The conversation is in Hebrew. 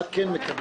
מה כן מקבלים?